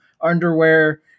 underwear